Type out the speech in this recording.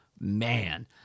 man